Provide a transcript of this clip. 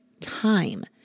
time